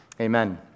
Amen